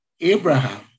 Abraham